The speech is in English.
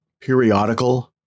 periodical